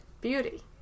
beauty